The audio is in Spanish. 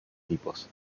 tipos